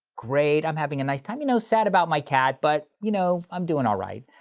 great, i'm having a nice time. you know, sad about my cat, but, you know, i'm doing all right.